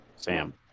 Sam